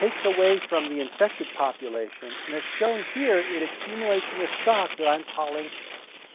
takes away from the infected population and as shown here it accumulates in this stock that i'm calling